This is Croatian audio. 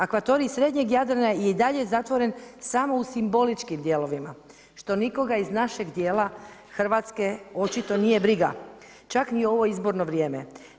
Akvatorij srednjeg Jarana je i dalje zatvoren samo u simboličkim dijelovima što nikoga iz našeg dijela Hrvatske očito nije briga čak ni u ovo izborno vrijeme.